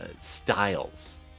styles